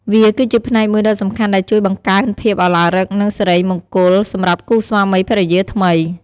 វាគឺជាផ្នែកមួយដ៏សំខាន់ដែលជួយបង្កើនភាពឱឡារិក និងសិរីមង្គលសម្រាប់គូស្វាមីភរិយាថ្មី។